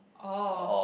oh